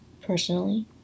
personally